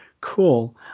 Cool